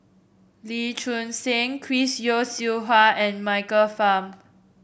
Lee Choon Seng Chris Yeo Siew Hua and Michael Fam